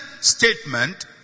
statement